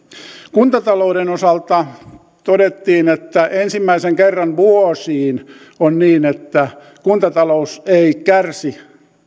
kuntatalouden osalta todettiin että ensimmäisen kerran vuosiin on niin että kuntata lous ei kärsi